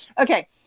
Okay